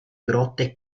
grotte